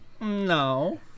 No